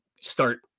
start